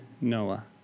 Noah